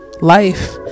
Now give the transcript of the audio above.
life